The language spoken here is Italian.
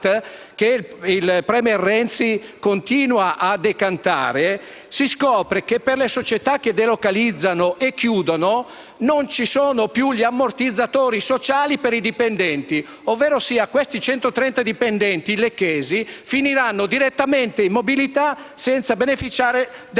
che il *premier* Renzi continua a decantare, nel caso delle società che delocalizzano e chiudono non ci sono più gli ammortizzatori sociali per i dipendenti, ovverosia questi centotrenta dipendenti lecchesi finiranno direttamente in mobilità, senza beneficiare